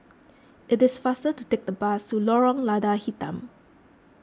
it is faster to take the bus to Lorong Lada Hitam